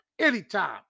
Anytime